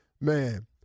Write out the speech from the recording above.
Man